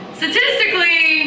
statistically